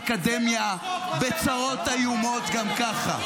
האקדמיה בצרות איומות גם ככה,